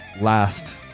last